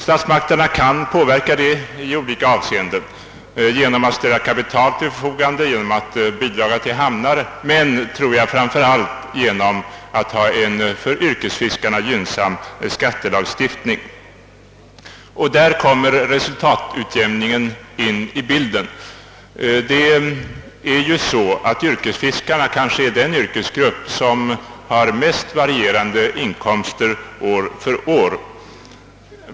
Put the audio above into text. Statsmakterna kan påverka situationen i olika avseenden genom att ställa kapital till förfogande och genom att bidraga till hamnar men — tror jag — framför allt genom att ha en för yrkesfiskare gynnsam skattelagstiftning. Här kommer resultatutjämningen in i bilden. Yrkesfiskarna är kanske den yrkesgrupp som har den från år till år mest varierande inkomsten.